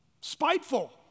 spiteful